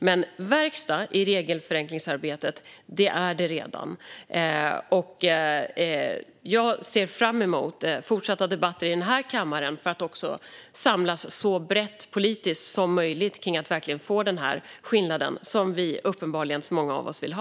Men det är redan verkstad i regelförenklingsarbetet. Jag ser fram emot fortsatta debatter i kammaren för att samlas så brett politiskt som möjligt kring att få den skillnad som uppenbarligen så många av oss vill ha.